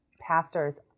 pastors